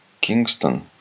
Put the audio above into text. Kingston